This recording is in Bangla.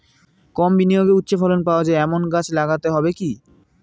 কম বিনিয়োগে উচ্চ ফলন পাওয়া যায় এমন গাছ লাগাতে হবে কি?